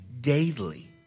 daily